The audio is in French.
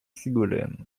sigolène